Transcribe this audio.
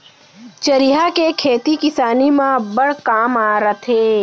चरिहा के खेती किसानी म अब्बड़ काम रथे